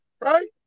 right